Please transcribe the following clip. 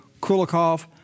Kulikov